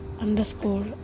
underscore